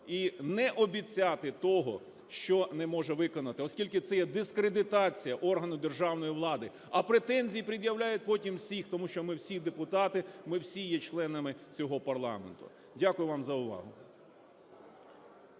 і не обіцяти того, що не може виконати, оскільки це є дискредитація органу державної влади. А претензії пред'являють потім всім, тому що ми всі – депутати, ми всі є членами цього парламенту. Дякую вам за увагу.